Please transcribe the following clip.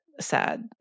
sad